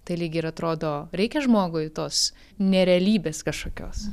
tai lyg ir atrodo reikia žmogui tos nerealybės kažkokios